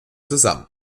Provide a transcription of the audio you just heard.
zusammen